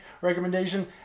recommendation